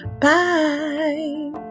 Bye